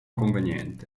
conveniente